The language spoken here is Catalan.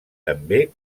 també